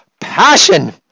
passion